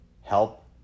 help